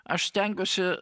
aš stengiuosi